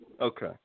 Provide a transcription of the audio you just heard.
Okay